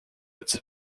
its